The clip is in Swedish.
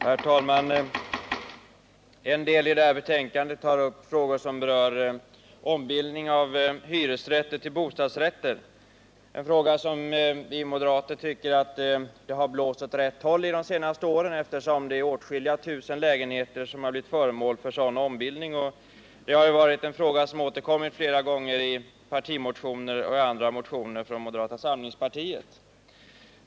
Herr talman! En del av detta betänkande behandlar frågor som berör ombildning av hyresrätter till bostadsrätter, frågor där vi moderater tycker att det har blåst åt rätt håll under de senaste åren, eftersom det är åtskilliga tusen lägenheter som har blivit föremål för sådan ombildning. Dessa frågor har återkommit flera gånger i partimotioner och i andra motioner från moderata samlingspartiet.